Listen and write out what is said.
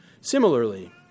Similarly